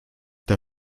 der